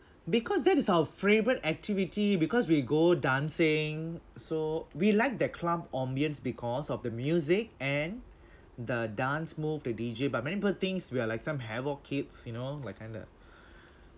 because that is our favourite activity because we go dancing so we like that club ambience because of the music and the dance move the D_J but many people thinks we are like some havoc kids you know like kind of